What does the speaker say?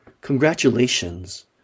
Congratulations